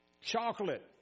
chocolate